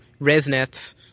ResNets